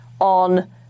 on